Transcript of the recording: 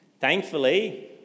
Thankfully